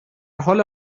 حال